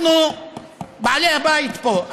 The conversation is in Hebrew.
אנחנו בעלי-הבית פה.